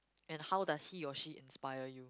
and how does he or she inspire you